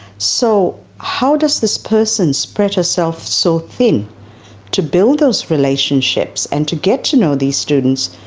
so how does this person spread herself so thin to build those relationships and to get to know these students?